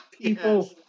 People